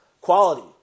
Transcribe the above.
quality